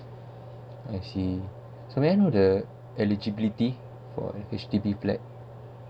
I see so may I know the eligibility for H_D_B flat